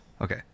okay